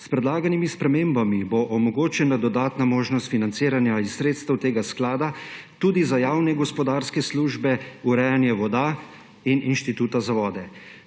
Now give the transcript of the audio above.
S predlaganimi spremembi bo omogočena dodatna možnost financiranja iz sredstev tega sklada tudi za javne gospodarske službe, urejanje voda in Inštituta za vode.